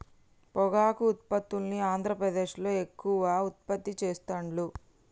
పొగాకు ఉత్పత్తుల్ని ఆంద్రప్రదేశ్లో ఎక్కువ ఉత్పత్తి చెస్తాండ్లు